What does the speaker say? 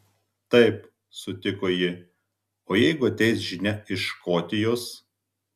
taip sutiko ji o jeigu ateis žinia iš škotijos